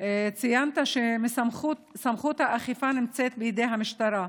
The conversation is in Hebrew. ציינת שסמכות האכיפה נמצאת בידי המשטרה.